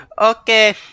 Okay